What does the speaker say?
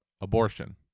abortion